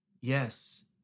Yes